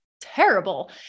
terrible